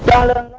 and